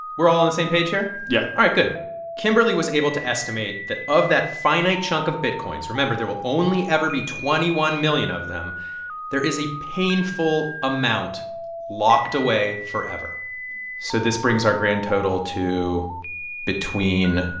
we're all on the same page here? yeah all right. good kimberly was able to estimate that of that finite chunk of bitcoins remember, there will only ever be twenty one million of them there is a painful amount locked away forever so this brings our grand total to between.